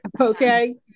Okay